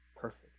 perfect